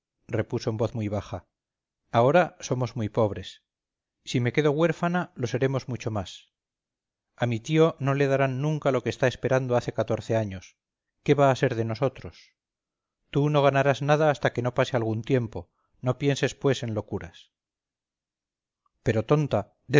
repuso en voz muy baja ahora somos muy pobres si me quedo huérfana lo seremos mucho más a mi tío no le darán nunca lo que está esperando hace catorce años qué va a ser de nosotros tú no ganarás nada hasta que no pase algún tiempo no pienses pues en locuras pero tonta